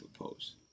post